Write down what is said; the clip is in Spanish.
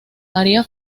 maría